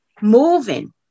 moving